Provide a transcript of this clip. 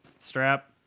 Strap